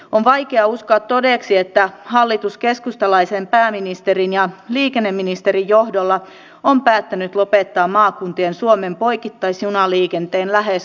on vaikea uskoa todeksi että hallitus keskustalaisen pääministerin ja liikenneministerin johdolla on päättänyt lopettaa maakuntien suomen poikittaisjunaliikenteen lähes kokonaan